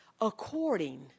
according